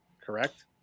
correct